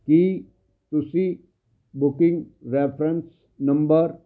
ਕੀ ਤੁਸੀਂ booking reference number